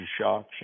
shocks